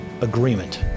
agreement